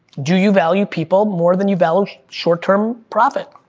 do you value people more than you value short-term profit?